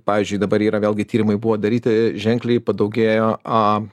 pavyzdžiui dabar yra vėlgi tyrimai buvo daryti ženkliai padaugėjo a